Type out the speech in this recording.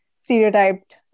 stereotyped